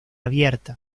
abierta